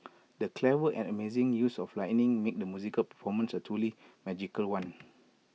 the clever and amazing use of lighting made the musical performance A truly magical one